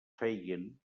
feien